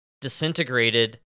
disintegrated